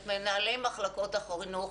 את מנהלי מחלקות החינוך.